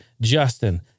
Justin